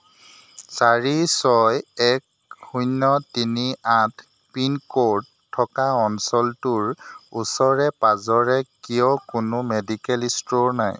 চাৰি ছয় এক শূন্য তিনি আঠ পিনক'ড থকা অঞ্চলটোৰ ওচৰে পাঁজৰে কিয় কোনো মেডিকেল ষ্ট'ৰ নাই